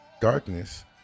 darkness